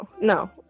no